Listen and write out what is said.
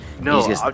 No